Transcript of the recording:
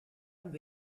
und